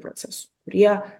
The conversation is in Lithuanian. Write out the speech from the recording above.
procesų kurie